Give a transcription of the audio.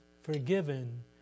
forgiven